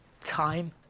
time